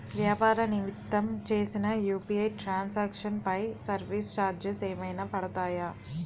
వ్యాపార నిమిత్తం చేసిన యు.పి.ఐ ట్రాన్ సాంక్షన్ పై సర్వీస్ చార్జెస్ ఏమైనా పడతాయా?